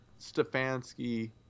Stefanski